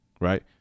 right